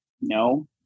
no